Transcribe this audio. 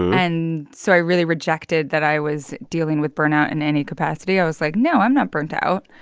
and so i really rejected that i was dealing with burnout in any capacity. i was like, no, i'm not burnt out.